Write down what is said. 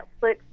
Netflix